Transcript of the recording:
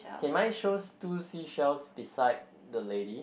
kay mine shows two seashells beside the lady